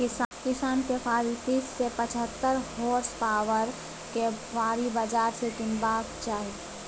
किसान केँ फारी तीस सँ पचहत्तर होर्सपाबरक फाड़ी बजार सँ कीनबाक चाही